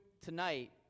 tonight